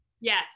Yes